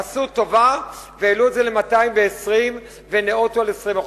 עשו טובה והעלו זאת ל-220,000 וניאותו ל-20%.